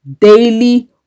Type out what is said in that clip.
daily